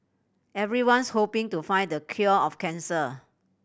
everyone's hoping to find the cure of cancer